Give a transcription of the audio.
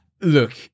Look